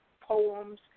poems